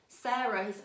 Sarah